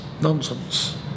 nonsense